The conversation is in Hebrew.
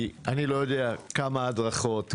כי אני לא יודע כמה הדרכות,